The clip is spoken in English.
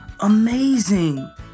Amazing